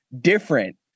different